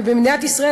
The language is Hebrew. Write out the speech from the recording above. ובמדינת ישראל,